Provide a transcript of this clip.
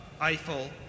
Eiffel